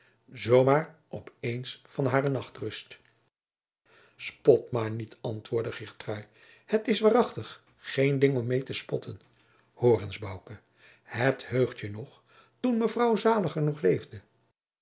maar op eens van hare nachtrust spot maar niet antwoordde geertrui het is waarachtig geen ding om meè te spotten hoor eens bouke het heugt je nog toen mevrouw zaliger nog leefde